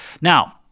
Now